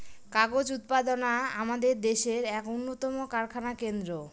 কাগজ উৎপাদনা আমাদের দেশের এক উন্নতম কারখানা কেন্দ্র